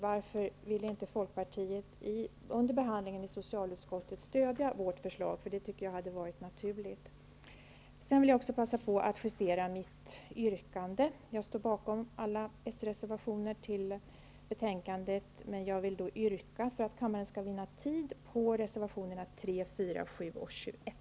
Varför ville inte Folkpartiet under behandlingen i socialutskottet stödja vårt förslag? Det hade varit naturligt. Sedan vill jag passa på att justera mitt yrkande. Jag står bakom alla s-reservationer som är fogade till betänkandet, men för att kammaren skall vinna tid yrkar jag bifall till reservationerna 3, 4, 7 och 21.